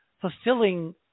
fulfilling